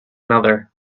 another